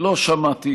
לא שמעתי